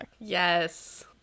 Yes